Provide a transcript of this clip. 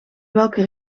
welke